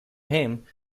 him